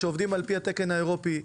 שעובדים על פי התקן האירופי,